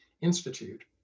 institute